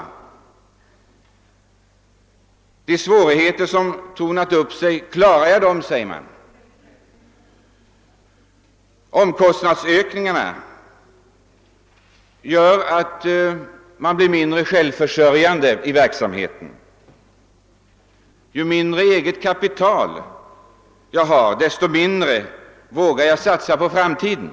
Klarar jag de svårigheter som tornar upp sig?> Omkostnadsökningarna gör ju att verksamheten blir allt mindre självförsörjande. Ju mindre eget kapital jag har, desto mindre vågar jag satsa på framtiden.